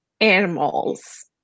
animals